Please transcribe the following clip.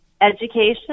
Education